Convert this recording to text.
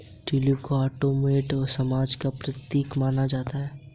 tulip को Ottoman साम्राज्य का प्रतीक माना जाता है